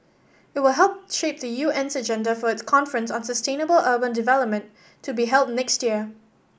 it will help shape the U N's agenda for its conference on sustainable urban development to be held next year